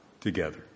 together